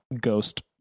ghost